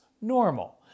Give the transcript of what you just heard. normal